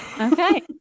Okay